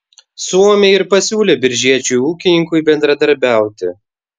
suomiai ir pasiūlė biržiečiui ūkininkui bendradarbiauti